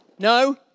No